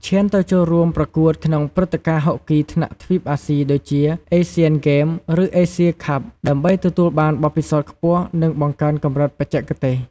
ឈានទៅចូលរួមប្រកួតក្នុងព្រឹត្តិការណ៍ហុកគីថ្នាក់ទ្វីបអាស៊ី ដូចជាអេស៑ាន ហ្គេមឬ អេស៑ៀ ខាប់ ដើម្បីទទួលបានបទពិសោធន៍ខ្ពស់ និងបង្កើនកម្រិតបច្ចេកទេស។